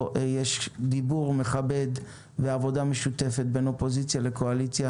יש דיבור מכבד ועבודה משותפת בין אופוזיציה לקואליציה,